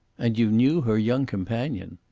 and you knew her young companion?